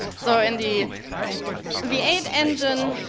so in the v eight engine,